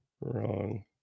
wrong